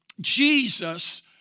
Jesus